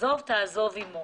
עזוב תעזוב עמו.